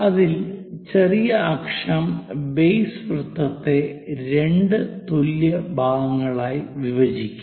അതിനാൽ ചെറിയ അക്ഷം ബേസ് വൃത്തത്തെ 2 തുല്യ ഭാഗങ്ങളായി വിഭജിക്കും